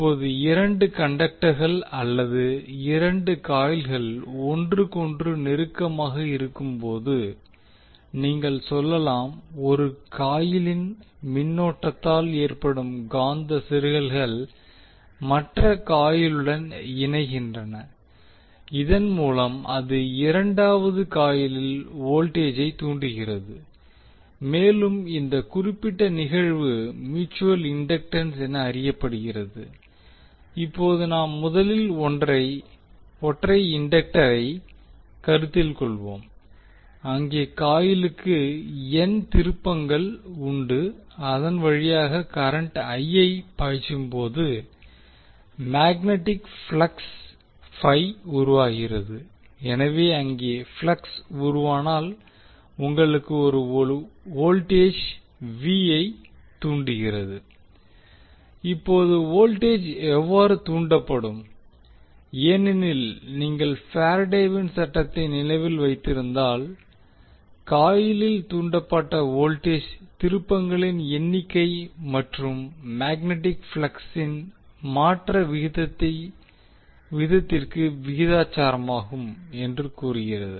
இப்போது இரண்டு கண்டக்டர்கள் அல்லது இரண்டு காயில்கள் ஒன்றுக்கொன்று நெருக்கமாக இருக்கும்போது நீங்கள் சொல்லலாம் ஒரு காயிளின் மின்னோட்டத்தால் ஏற்படும் காந்த செருகல்கள் மற்ற காயிலுடன் இணைகின்றன இதன் மூலம் அது இரண்டாவது காயிலில் வோல்டேஜை தூண்டுகிறது மேலும் இந்த குறிப்பிட்ட நிகழ்வு மியூச்சுவல் இண்டக்டன்ஸ் என அறியப்படுகிறது இப்போது நாம் முதலில் ஒற்றை இண்டக்டரை கருத்தில் கொள்வோம் அங்கே காயிலுக்கு N திருப்பங்கள் உண்டு அதன் வழியாக கரன்ட் i ஐ பாய்ச்சும்போது மேக்னெட்டிக் ஃப்ளக்ஸ் பை உருவாகிறது எனவே அங்கே ஃப்ளக்ஸ் உருவாவதால் உங்களுக்கு ஒரு வோல்டேஜ் ஐ தூண்டுகிறது இப்போது வோல்டேஜ் எவ்வாறு தூண்டப்படும் ஏனெனில் நீங்கள் ஃபாரடேயின் சட்டத்தை நினைவில் வைத்திருந்தால் காயிலில் தூண்டப்பட்ட வோல்டேஜ் திருப்பங்களின் எண்ணிக்கை மற்றும் மேக்னெட்டிக் ஃப்ளக்ஸ் ன் மாற்ற விகிதத்திற்கு விகிதாசாரமாகும் என்று கூறுகிறது